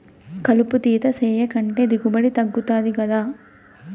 కలుపు తీత సేయకంటే దిగుబడి తగ్గుతది గదా